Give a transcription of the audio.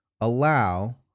allow